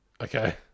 Okay